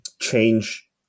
change